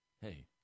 hey